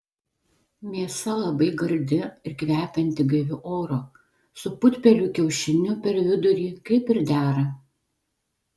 mėsa labai gardi ir kvepianti gaiviu oru su putpelių kiaušiniu per vidurį kaip ir dera